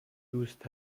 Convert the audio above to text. دوست